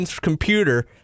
computer